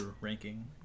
ranking